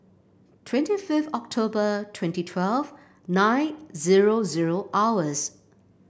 twenty fifth October twenty twelve nine zero zero hours